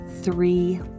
three